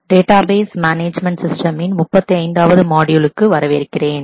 database management சிஸ்டமின் 35 ஆவது மாட்யூலுக்கு வரவேற்கிறேன்